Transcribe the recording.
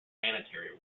sanitary